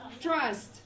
trust